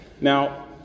Now